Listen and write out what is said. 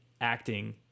acting